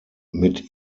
mit